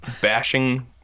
bashing